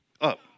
up